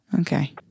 Okay